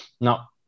Now